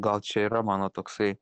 gal čia yra mano toksai